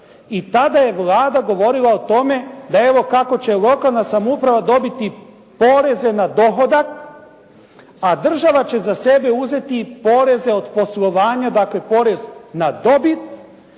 I tada je Vlada govorila o tome da evo kako će lokalna samouprava dobiti poreze na dohodak, a država će za sebe uzeti i poreze od poslovanja, dakle porez na dobit,